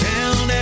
Down